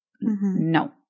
No